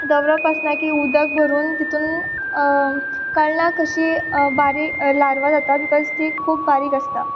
दवरप आसना की उदक भरून तितून कल्लां कशीं बारीक लार्वां जाता बिकॉज तीं खूब बारीक आसता